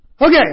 Okay